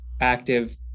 active